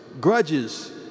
grudges